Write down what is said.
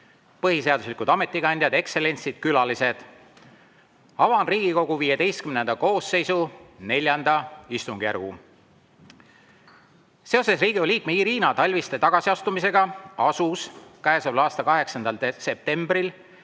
põhiseaduslikud ametikandjad, ekstsellentsid, külalised! Avan Riigikogu XV koosseisu IV istungjärgu. Seoses Riigikogu liikme Irina Talviste tagasiastumisega asus käesoleva aasta 8. septembril